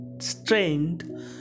strained